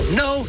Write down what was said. no